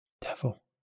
Devil